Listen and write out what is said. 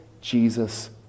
Jesus